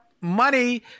money